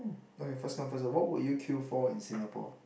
okay first come first what will you queue for in Singapore